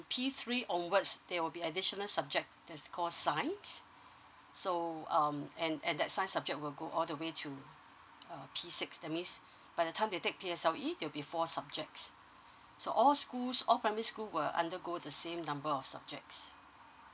p three onwards there will be additional subject that is call science so um and and that science subject will go all the way to uh p six that means by the time they take P_S_L_E there will be four subjects so all schools all primary schools will undergo the same number of subjects